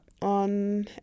On